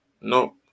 No